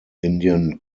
indian